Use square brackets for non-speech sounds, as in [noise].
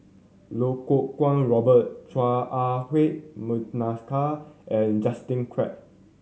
Lau Kuo Kwong Robert Chua Ah Huwa [unintelligible] and Justin Quek